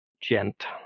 gent